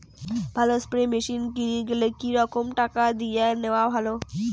ভালো spray machine কিনির গেলে কি রকম টাকা দিয়া নেওয়া ভালো?